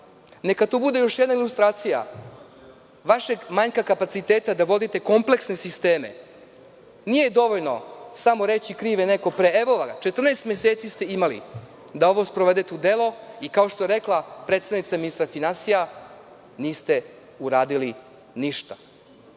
Neka to bude još jedna ilustracija vašeg manjka kapaciteta da vodite kompleksne sisteme. Nije dovoljno samo reći – kriv je neko pre. Imali ste 14 meseci da ovo sprovedete u delo i, kao što je rekla predstavnica Ministarstva finansija, niste uradili ništa. Zbog